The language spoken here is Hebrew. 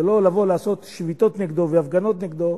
ולא לבוא ולעשות שביתות נגדו והפגנות נגדו,